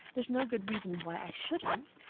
there's no good reason why i shouldn't.